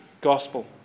gospel